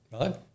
Right